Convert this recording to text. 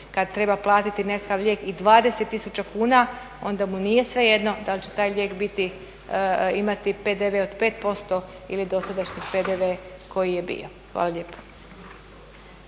kad treba platiti jedan lijek i 20 tisuća kuna, onda mu nije svejedno da li će taj lijek biti, imati PDV od 5% ili dosadašnji PDV koji je bio. Hvala lijepa.